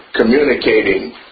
communicating